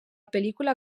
pel·lícula